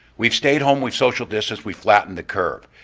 we've stayed home, we've social distanced, we've flattened the curve.